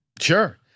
Sure